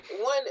one